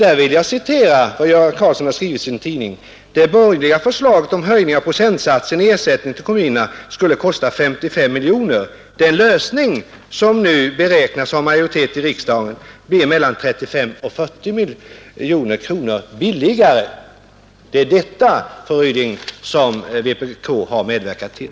Där vill jag citera vad Göran Karlsson skrivit i sin tidning: ”Det borgerliga förslaget om höjning av procentsatsen i ersättning till kommunerna skulle kosta 55 miljoner. Den lösning som nu beräknas ha majoritet i riksdagen blir mellan 35 och 40 miljoner billigare.” Det är detta, fru Ryding, som vpk har medverkat till.